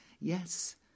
Yes